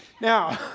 Now